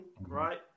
right